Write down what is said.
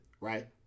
right